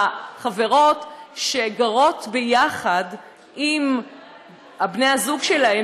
החברות שגרות יחד עם בני הזוג שלהן,